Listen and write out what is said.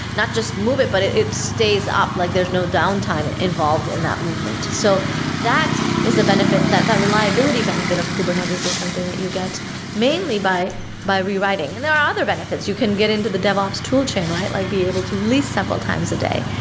not just move it, but it it stays up. like there's no downtime involved in that movement. so that is the benefit, that that reliability benefit of kubernetes is something that you get mainly by by rewriting, and there are other benefits. you can get into the dev ops tool chain, right? like be able to release several times a day.